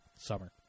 summer